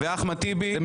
אחמד טיבי לא